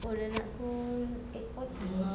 oh dah nak pukul eight forty eh